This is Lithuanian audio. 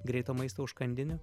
greito maisto užkandinių